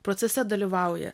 procese dalyvauja